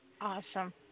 Awesome